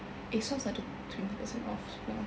ASOS ada twenty per cent off as well